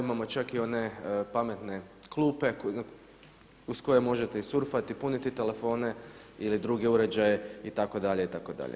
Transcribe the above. Imamo čak i one pametne klupe uz koje možete i surfati, puniti telefone ili druge uređaje itd. itd.